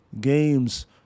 games